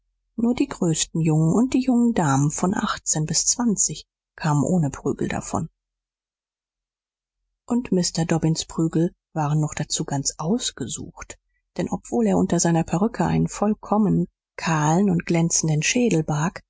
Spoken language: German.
nur die größten jungen und die jungen damen von achtzehn bis zwanzig kamen ohne prügel davon und mr dobbins prügel waren noch dazu ganz ausgesucht denn obwohl er unter seiner perücke einen vollkommen kahlen und glänzenden schädel barg